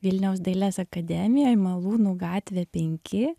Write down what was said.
vilniaus dailės akademijoj malūnų gatvė penki